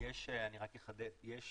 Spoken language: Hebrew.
אני רק אחדד, יש